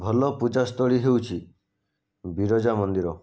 ଭଲ ପୂଜାସ୍ଥଳୀ ହେଉଛି ବିରଜା ମନ୍ଦିର